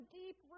deep